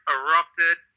erupted